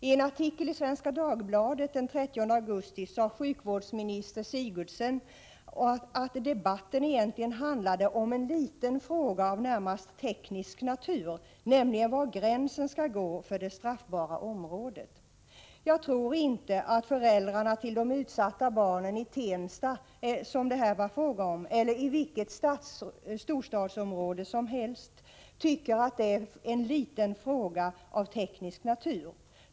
I en artikel i Svenska Dagbladet den 30 augusti sade sjukvårdsminister Sigurdsen att debatten egentligen handlar om en liten fråga av närmast teknisk natur, nämligen var gränsen skall gå för det straffbara området. Jag tror inte att föräldrarna till de utsatta barnen i Tensta — som det här var fråga om - eller i vilket storstadsområde som helst tycker att det är ”en liten fråga av teknisk natur”.